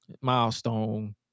milestone